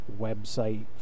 website